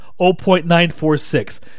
0.946